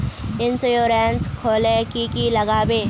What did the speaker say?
Insurance खोले की की लगाबे?